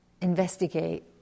investigate